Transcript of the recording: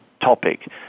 topic